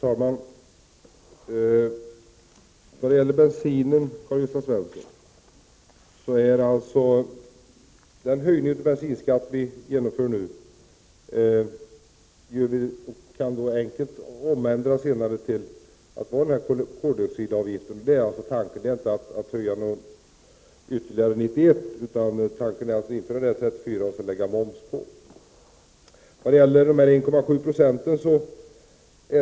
Fru talman! Den höjning av bensinskatten som nu genomförs, Karl-Gösta Svenson, kan senare enkelt ändras till en koldioxidavgift. Tanken är inte att höja skatten ytterligare 1991 utan att införa en avgift på 34 öre och lägga moms på.